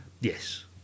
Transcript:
Yes